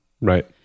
right